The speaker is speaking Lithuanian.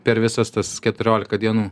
per visas tas keturiolika dienų